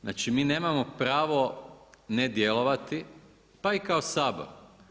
Znači mi nemamo pravo ne djelovati pa i kao Sabor.